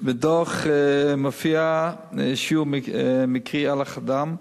בדוח מופיע שיעור מקרי אלח הדם,